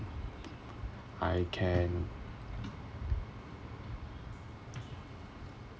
I can